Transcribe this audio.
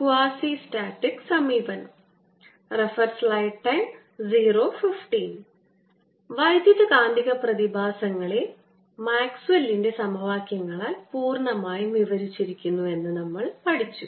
quasi-static സമീപനം വൈദ്യുതകാന്തിക പ്രതിഭാസങ്ങളെ മാക്സ്വെല്ലിന്റെ സമവാക്യങ്ങളാൽ പൂർണ്ണമായും വിവരിച്ചിരിക്കുന്നു എന്ന് നമ്മൾ പഠിച്ചു